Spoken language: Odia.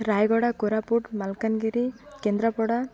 ରାୟଗଡ଼ା କୋରାପୁଟ ମାଲକାନଗିରି କେନ୍ଦ୍ରାପଡ଼ା